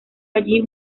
allí